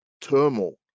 turmoil